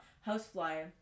Housefly